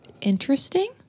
interesting